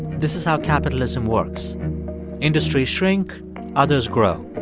this is how capitalism works industries shrink others grow.